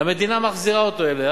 המדינה מחזירה אותו אליה,